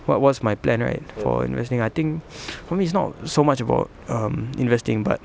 what was my plan right for investing I think for me it's not so much about um investing but